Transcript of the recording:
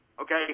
Okay